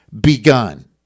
begun